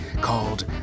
called